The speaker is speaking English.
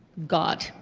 god,